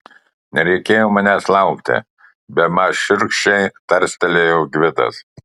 nereikėjo manęs laukti bemaž šiurkščiai tarstelėjo gvidas